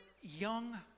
young